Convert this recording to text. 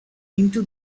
into